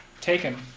taken